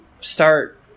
start